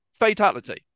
fatality